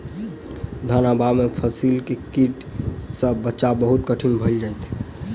धन अभाव में फसील के कीट सॅ बचाव बहुत कठिन भअ जाइत अछि